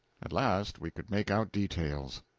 at last we could make out details.